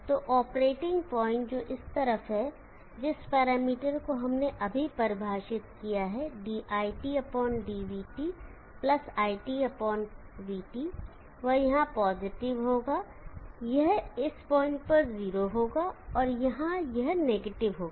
तो operating point जो इस तरफ है जिस पैरामीटर को हमने अभी परिभाषित किया है diTdvT iTvT वह यहां पॉजिटिव होगा यह इस पॉइंट पर 0 होगा और यह यहां नेगेटिव होगा